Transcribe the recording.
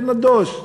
זה נדוש.